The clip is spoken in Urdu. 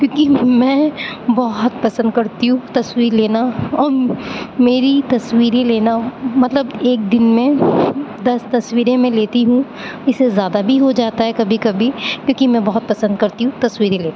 کیونکہ میں بہت پسند کرتی ہوں تصویر لینا اور میری تصویریں لینا مطلب ایک دن میں دس تصویریں میں لیتی ہوں اسے سے زیادہ بھی ہو جاتا ہے کبھی کبھی کیونکہ میں بہت پسند کرتی ہوں تصویریں لینا